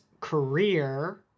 career